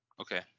Okay